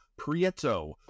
prieto